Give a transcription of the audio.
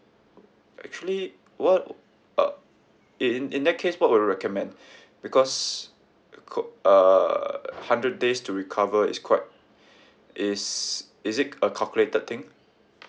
actually what uh in in in that case what would you recommend because uh co~ uh hundred days to recover is quite is is it a calculated thing